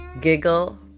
giggle